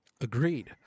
Agreed